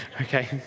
okay